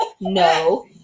no